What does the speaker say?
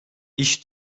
i̇ş